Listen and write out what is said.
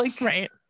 right